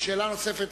שאלה נוספת,